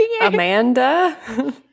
Amanda